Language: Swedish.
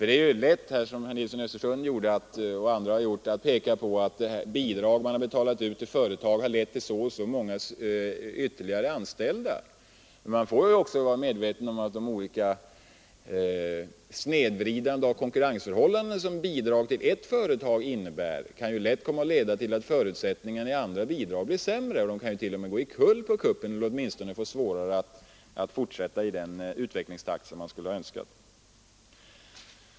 Det är ju lätt att, som herr Nilsson i Östersund gjorde och som även andra har gjort, säga att bidrag som betalats ut till företag har lett till att det blivit så och så många ytterligare anställda. Man måste emellertid vara medveten om att det snedvridande av konkurrensförhållandena som bidrag till ett företag innebär lätt kan leda till att förutsättningarna för andra företag blir sämre. Företag kan t.o.m. gå omkull på kuppen eller i varje fall få svårare att fortsätta i den utvecklingstakt som man skulle ha önskat.